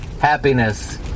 happiness